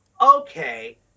okay